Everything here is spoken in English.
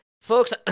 folks